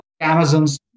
Amazon's